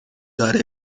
داره